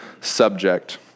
subject